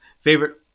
favorite